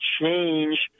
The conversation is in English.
change